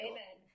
Amen